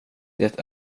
det